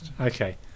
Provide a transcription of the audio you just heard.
Okay